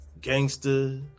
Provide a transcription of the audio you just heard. gangster